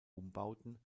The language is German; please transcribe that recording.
umbauten